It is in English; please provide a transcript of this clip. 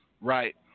Right